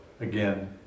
again